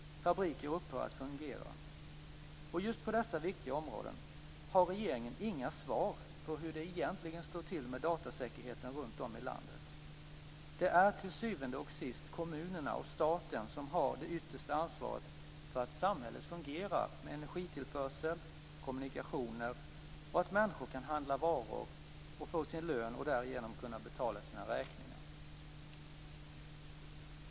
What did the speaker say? Fabriker upphör att fungera. Just på dessa viktiga områden har regeringen inga svar på hur det egentligen står till med datasäkerheten runtom i landet. Det är till syvende och sist kommunerna och staten som har det yttersta ansvaret för att samhället fungerar med energitillförsel och kommunikationer och att människor kan handla varor och få sin lön och därigenom betala sina räkningar.